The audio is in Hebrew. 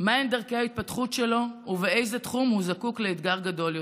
מהן דרכי ההתפתחות שלו ואיזה תחום הוא זקוק לאתגר גדול יותר".